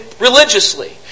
religiously